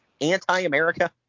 anti-america